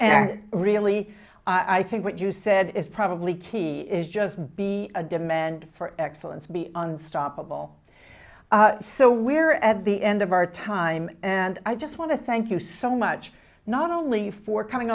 and really i think what you said is probably key is just be a demand for excellence be unstoppable so we're at the end of our time and i just want to thank you so much not only for coming